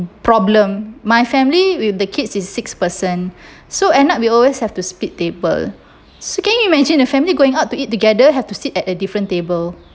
problem my family with the kids is six person so end up we always have to split table so can you imagine your family going out to eat together have to sit at a different table